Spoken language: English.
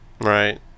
Right